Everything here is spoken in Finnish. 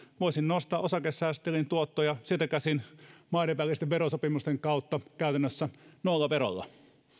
voisin nostaa osakesäästötilin tuottoja sieltä käsin maiden välisten verosopimusten kautta käytännössä nollaverolla